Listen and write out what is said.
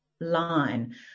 line